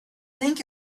think